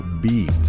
Beat